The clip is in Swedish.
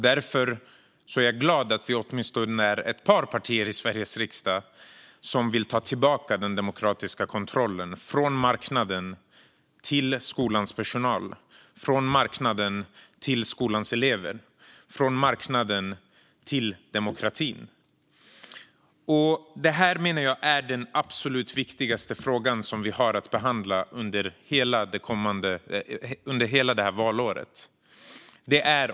Därför är jag glad att vi åtminstone är ett par partier i Sveriges riksdag som vill ta tillbaka den demokratiska kontrollen från marknaden till skolans personal, från marknaden till skolans elever och från marknaden till demokratin. Det här menar jag är den absolut viktigaste fråga som vi har att behandla under hela detta valår.